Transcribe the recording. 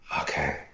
Okay